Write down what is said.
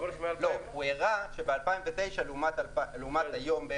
הוא הראה שב-2009 לעומת היום,